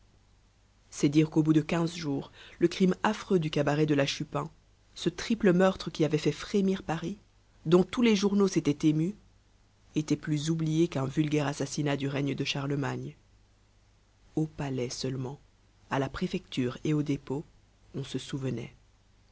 dire qu'au bout de quinze jours le crime affreux du cabaret de la chupin ce triple meurtre qui avait fait frémir paris dont tous les journaux s'étaient émus était plus oublié qu'un vulgaire assassinat du règne de charlemagne au palais seulement à la préfecture et au dépôt on se souvenait